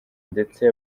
ndetse